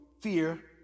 fear